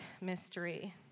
mystery